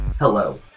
Hello